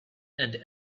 and